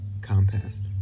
Compass